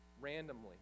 randomly